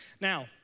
Now